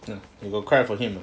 ya you got cry for him or not